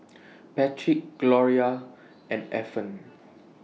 Patrick Gloria and Efren